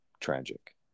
tragic